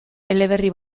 eleberri